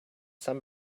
some